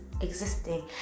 existing